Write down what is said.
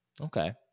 Okay